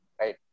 right